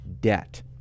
debt